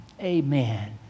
Amen